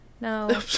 no